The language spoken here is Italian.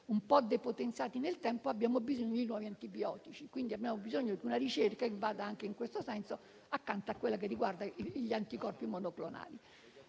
un po' depotenziato nel tempo: abbiamo bisogno di nuovi antibiotici. Abbiamo bisogno di una ricerca che vada anche in questa direzione, accanto a quella che riguarda gli anticorpi monoclonali.